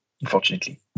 unfortunately